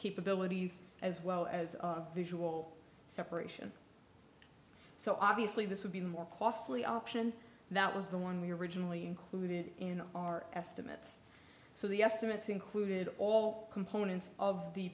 capabilities as well as visual separation so obviously this would be more costly option that was the one we originally included in our estimates so the estimates included all components of the